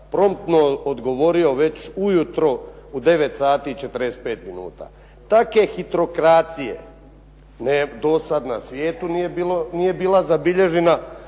promptno odgovorio već u jutro u 9 sati i 45 minuta. Take hitrokracije do sad na svijetu nije bila zabilježena,